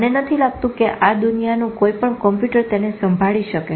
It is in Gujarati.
મને નથી લાગતું કે આ દુનિયાનું કોઈ પણ કોમ્પ્યૂટર તેને સંભાળી શકે